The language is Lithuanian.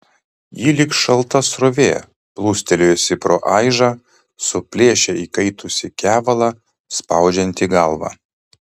ji lyg šalta srovė plūstelėjusi pro aižą suplėšė įkaitusį kevalą spaudžiantį galvą